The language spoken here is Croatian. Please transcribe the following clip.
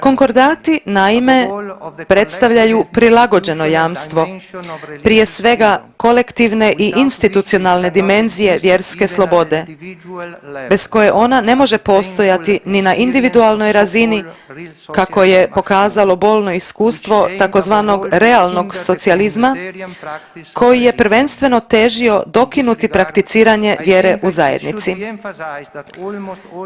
Konkordati naime predstavljaju prilagođeno jamstvo, prije svega kolektivne i institucionalne dimenzije vjerske slobode, bez koje ona ne može postojati ni na individualnoj razini kako je pokazalo bolno iskustvo tzv. realnog socijalizma koji je prvenstveno težio dokinuti prakticiranje vjere u zajednici.